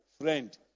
friend